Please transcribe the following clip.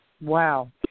Wow